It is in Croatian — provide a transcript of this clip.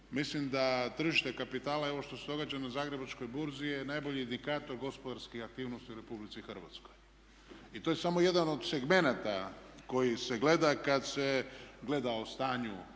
mislim da tržište kapitala i ovo što se događa na Zagrebačkoj burzi je najbolji indikator gospodarskih aktivnosti u Republici Hrvatskoj. I to je samo jedan od segmenata koji se gleda kad se gleda o stanju